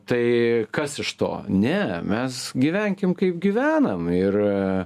tai kas iš to ne mes gyvenkim kaip gyvenam ir